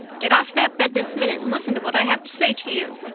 get off that bed this minute and listen to what i have to say to you.